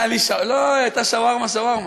שווארמה, לא, היא שווארמה שווארמה,